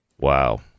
Wow